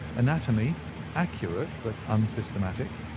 anatomy accurate, but unsystematic.